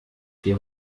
wir